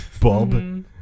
bob